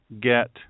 get